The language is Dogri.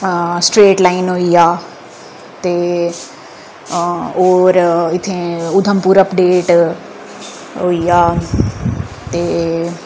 स्ट्रेट लाइन होई गेआ ते और इत्थै उधमपुर अपडेट होई गेआ ते